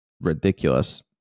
ridiculous